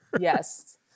Yes